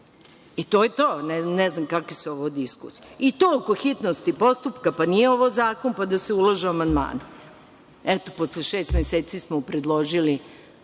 I, to je to, ne znam kakve su ovo diskusije. To oko hitnosti postupka, pa nije ovo zakon, pa da se ulažu amandmani. Eto, posle šest meseci smo predložili,